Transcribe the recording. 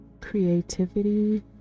Creativity